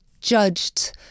judged